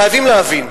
חייבים להבין,